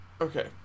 Okay